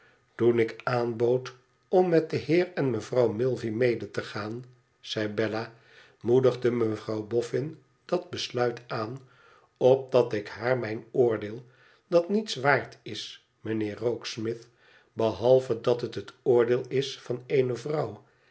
ik aanbood om met den heer en mevrouw milvey mede te gaan zei bella moedigde mevrouw boffin dat besluit aan opdat ik haar mijn oordeel dat niets waard is mijnheer rokesmith behalve dat het het oordeel is van eene vrouw